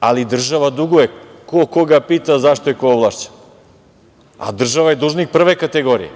ali država duguje. Ko koga pita za šta je ko ovlašćen, a država je dužnik prve kategorije,